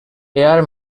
air